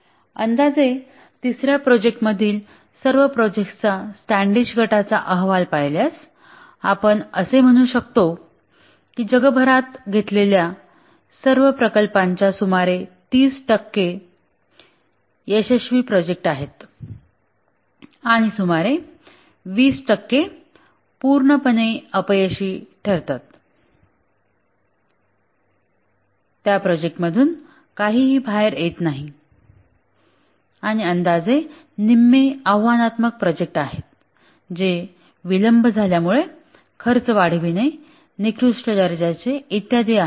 अंदाजे तिसर्या प्रोजेक्ट मधील सर्व प्रोजेक्टचा स्टँडिश गटाचा अहवाल पाहिल्यास आपण असे म्हणू शकतो की जगभरात घेतलेल्या सर्व प्रकल्पांचे सुमारे 30 टक्के यशस्वी प्रोजेक्ट आहेत आणि सुमारे 20 टक्के पूर्णपणे अपयशी ठरतात त्या प्रोजेक्ट मधून काहीही बाहेर येत नाही आणि अंदाजे निम्मे आव्हानात्मक प्रोजेक्ट आहेत जे विलंब झाल्यामुळे खर्च वाढविणे निकृष्ट दर्जाचे इत्यादी आहेत